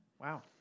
Wow